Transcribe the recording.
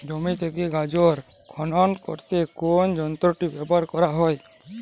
জমি থেকে গাজর খনন করতে কোন যন্ত্রটি ব্যবহার করা হয়?